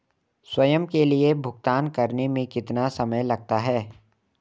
स्वयं के लिए भुगतान करने में कितना समय लगता है?